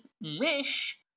wish